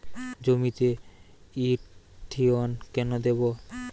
জমিতে ইরথিয়ন কেন দেবো?